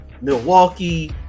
Milwaukee